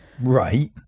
right